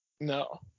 No